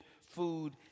food